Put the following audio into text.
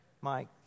Mike